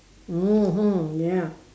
mmhmm ya